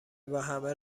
وهمه